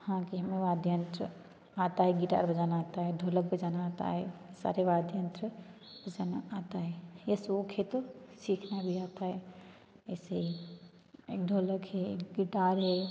हाँ कि हमें वाद्ययंत्र आता है गिटार बजाना आता है ढोलक बजाना आता है सारे वाद्ययंत्र बजाना आता है ऐसे वो तो सीखना भी आता है ऐसे ही एक ढोलक है गिटार है